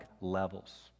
levels